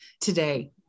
today